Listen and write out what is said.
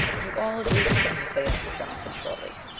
you all agreed to things as they are, johnny said shortly.